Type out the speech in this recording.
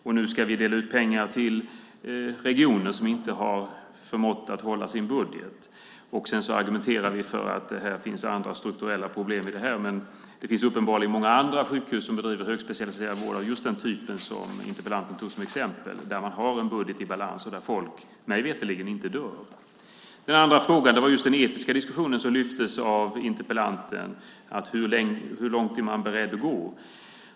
Och nu ska vi dela ut pengar till regioner som inte har förmått att hålla sin budget. Det finns andra strukturella problem i det här. Men det finns uppenbarligen många andra sjukhus som bedriver högspecialiserad vård av just den typ som interpellanten tog som exempel där man har en budget i balans och där folk mig veterligen inte dör. Den andra frågan som lyftes av interpellanten gällde den etiska diskussionen om hur långt man är beredd att gå.